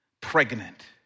pregnant